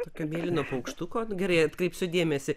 tokio mėlyno paukštuko gerai atkreipsiu dėmesį